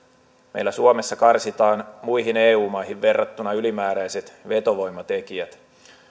meillä suomessa karsitaan muihin eu maihin verrattuna ylimääräiset vetovoimatekijät